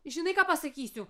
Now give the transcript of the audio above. žinai ką pasakysiu